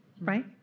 right